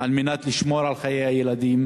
על מנת לשמור על חיי הילדים,